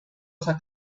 rosa